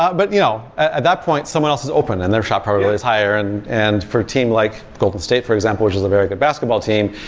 but but you know at that point, someone else is open and their shot probability is higher. and and for a team like golden state, for example, which is a very good basketball team,